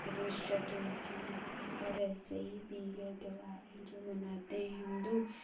گنیش چتورتھی اور ایسے ہی دیگر تہوار ہیں جو مناتے ہیں ہندو